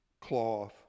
cloth